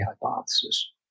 hypothesis